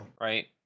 Right